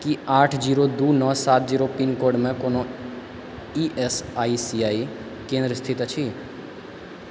की आठ जीरो दू नओ सात जीरो पिनकोडमे कोनो E S I C I केन्द्र स्थित अछि